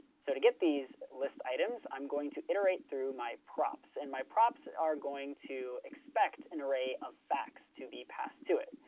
so to get these list items, i'm going to iterate through my props. and my props are going to expect an array of facts to be passed to it.